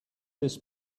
this